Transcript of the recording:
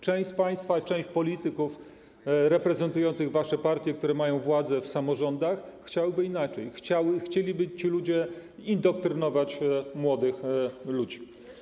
Część z państwa, część polityków reprezentujących wasze partie, które mają władzę w samorządach, chciałaby inaczej, ci ludzie chcieliby indoktrynować młodych ludzi.